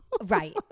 Right